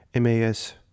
MAS